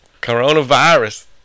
Coronavirus